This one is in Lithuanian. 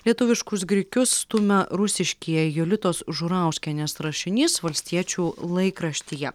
lietuviškus grikius stumia rusiškieji jolitos žurauskienės rašinys valstiečių laikraštyje